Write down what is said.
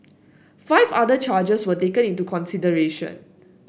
five other charges were taken into consideration